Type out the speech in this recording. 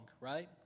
right